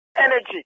Energy